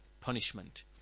punishment